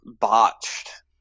botched